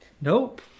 Nope